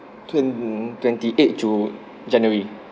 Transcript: twen~ twenty eight ju~ january